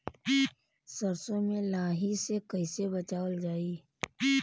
सरसो में लाही से कईसे बचावल जाई?